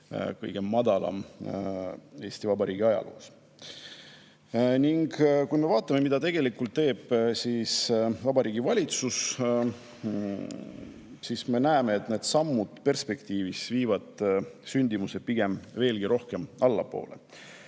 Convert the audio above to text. kõige madalam Eesti Vabariigi ajaloos. Kui me vaatame, mida tegelikult teeb Vabariigi Valitsus, siis me näeme, et need sammud viivad perspektiivis sündimuse pigem veelgi allapoole.